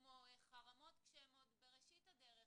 כמו חרמות כשהם עוד בראשית הדרך,